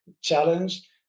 challenge